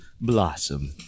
blossom